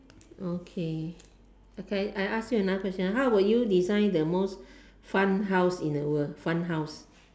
okay okay I ask you another question ah how would you design the most fun house in the world fun house